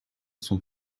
son